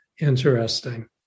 interesting